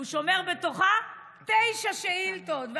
שומר בתוכה תשע שאילתות,